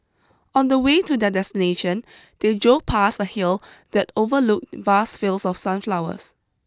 on the way to their destination they drove past a hill that overlooked vast fields of sunflowers